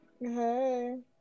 Hey